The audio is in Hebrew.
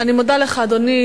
אני מודה לך, אדוני.